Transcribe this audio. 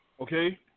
Okay